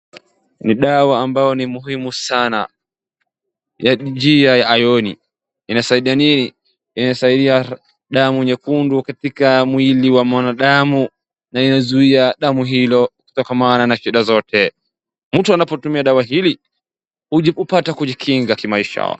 Ni dawa ambayo ni muhimu sana yenye jina ayoni, inasaidia damu nyekundu katika mwili wa mwanadamu na inazuia damu hiyo kutokomana na shida zote. Mtu anapotumia dawa hii hupata kujikinga kimaisha.